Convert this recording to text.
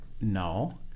no